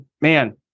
man